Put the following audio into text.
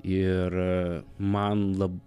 ir man labai